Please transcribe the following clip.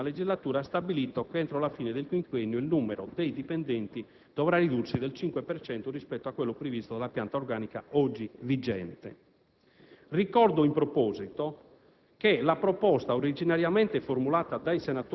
nel programmare i concorsi per l'assunzione di personale nella XV legislatura, ha stabilito che entro la fine del quinquennio il numero dei dipendenti dovrà ridursi del 5 per cento rispetto a quello previsto nella pianta organica oggi vigente.